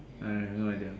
I have no idea